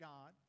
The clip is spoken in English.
God